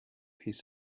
his